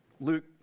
Luke